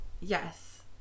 Yes